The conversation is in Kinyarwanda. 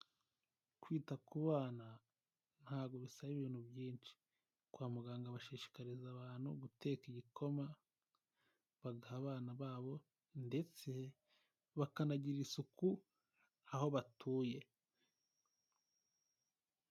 Kwita ku bana ntabwo bisaba ibintu byinshi. Kwa muganga bashishikariza abantu guteka igikoma, bagaha abana babo ndetse bakanagirira isuku aho batuye.